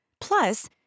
Plus